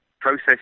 process